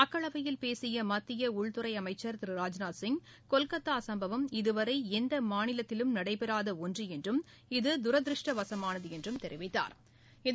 மக்களவையில் பேசிய மத்திய உள்துறை அமைச்ச் திரு ராஜ்நாத்சிங் கொல்கத்தா சும்பவம் இதுவரை எந்த மாநிலத்திலும் நடைபெறாத ஒன்று என்றும் இது தூதிருஷ்டவசமானது என்று தெரிவித்தாா்